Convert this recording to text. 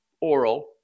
oral